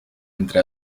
entre